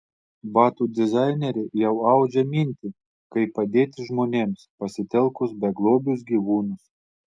batų dizainerė jau audžia mintį kaip padėti žmonėms pasitelkus beglobius gyvūnus